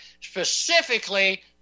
specifically